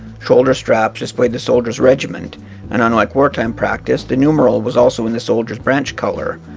shoulder straps displayed the soldier's regiment and unlike wartime practice the numeral was also in the soldier's branch colour.